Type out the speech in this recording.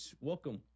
welcome